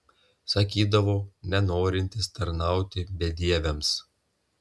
sakydavo nenorintis tarnauti bedieviams